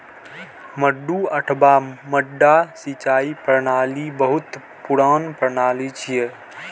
मड्डू अथवा मड्डा सिंचाइ प्रणाली बहुत पुरान प्रणाली छियै